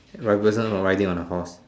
like a person riding on a horse